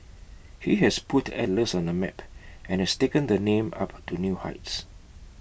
he has put Atlas on the map and has taken the name up to new heights